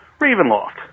Ravenloft